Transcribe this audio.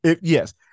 Yes